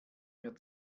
mir